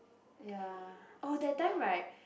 ya oh that time right